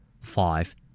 Five